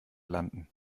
landen